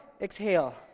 exhale